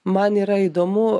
man yra įdomu